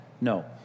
No